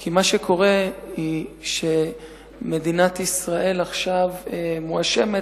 כי מה שקורה הוא שמדינת ישראל עכשיו מואשמת.